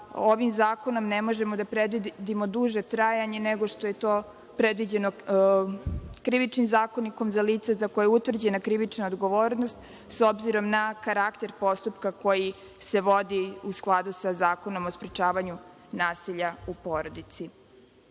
ovim zakonom ne možemo da predvidimo duže trajanje nego što je to predviđeno Krivičnim zakonikom za lica za koja je utvrđena krivična odgovornost, s obzirom na karakter postupka koji se vodi u skladu sa Zakonom o sprečavanju nasilja u porodici. Posebno